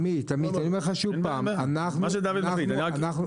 סגן שר החקלאות ופיתוח הכפר